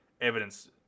evidence